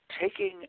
taking